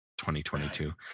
2022